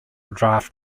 draft